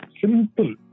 Simple